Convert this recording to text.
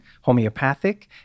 homeopathic